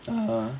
(uh huh)